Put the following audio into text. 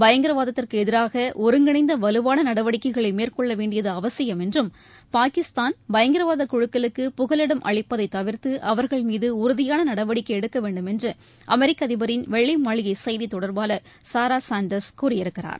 பயங்கரவாதத்திற்கு எதிராக ஒருங்கிணைந்த வலுவான நடவடிக்கைகளை மேற்கொள்ள வேண்டியது அவசியம் என்றும் பாகிஸ்தான் பயங்கரவாத குழுக்களுக்கு புகலிடம் அளிப்பதைத் தவிர்த்து அவர்கள் மீது உறுதியாள நடவடிக்கை எடுக்க வேண்டும் என்று அமெரிக்க அதிபரின் வெள்ளை மாளிகை செய்தித் தொடர்பாளர் சாரா சாண்ட்ர்ஸ் கூறியிருக்கிறார்